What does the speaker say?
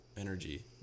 energy